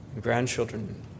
grandchildren